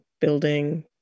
building